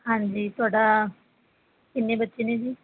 ਹਾਂਜੀ ਤੁਹਾਡਾ ਕਿੰਨੇ ਬੱਚੇ ਨੇ ਜੀ